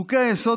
חוקי-היסוד,